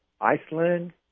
Iceland